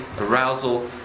arousal